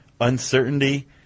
Uncertainty